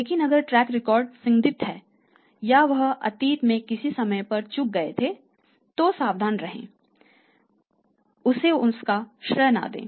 लेकिन अगर track record संदिग्ध है या वह अतीत में किसी समय पर चूक गया था तो सावधान रहें उसे इसका श्रेय न दें